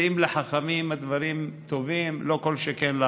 ואם לחכמים הדברים טובים, לא כל שכן לנו.